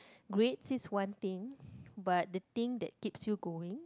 grades is one thing but the thing that keeps you going